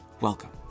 Welcome